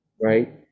Right